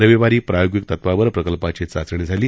रविवारी प्रायोगिक तत्वावर प्रकल्पाची चाचणी झाली